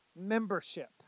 membership